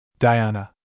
Diana